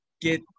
get